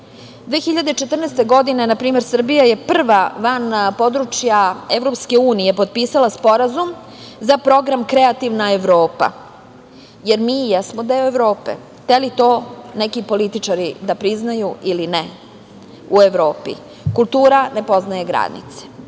2014. na primer Srbija je prva van područja EU potpisala sporazum za Program „Kreativna Evropa“, jer mi i jesmo deo Evrope, hteli to neki političari da priznaju ili ne. U Evropi kultura ne poznaje granice. Ono